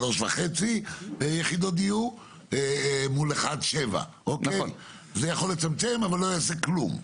1:3.5 יחידות דיור מול 1:7. זה יכול לצמצם אבל לא יעשה כלום.